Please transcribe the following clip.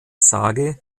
sage